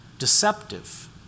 Deceptive